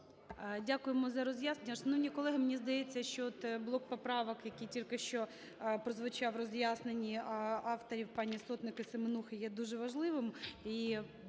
Дякуємо за роз'яснення. Шановні колеги, мені здається, що от блок поправок, який тільки що прозвучав в роз'ясненні авторів – пані Сотник і Семенухи, - є дуже важливим.